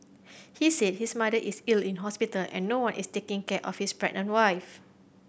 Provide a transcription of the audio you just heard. he said his mother is ill in hospital and no one is taking care of his pregnant wife